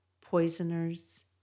poisoners